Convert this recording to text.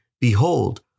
Behold